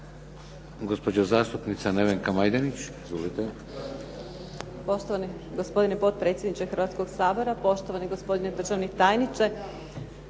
Gospođa zastupnica Nevenka Majdenić. Izvolite.